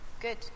Good